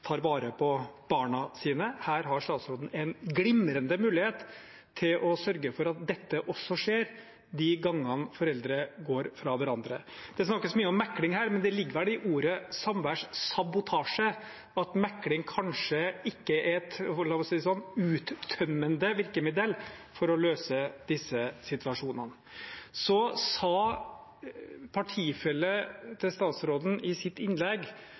tar vare på barna sine. Her har statsråden en glimrende mulighet til å sørge for at dette også skjer de gangene foreldre går fra hverandre. Det snakkes mye om mekling her, men det ligger vel i ordet «samværssabotasje» at mekling kanskje ikke er – la meg si det sånn – et uttømmende virkemiddel for å løse disse situasjonene. Så sa statsrådens partifelle i sitt innlegg